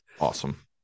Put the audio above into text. Awesome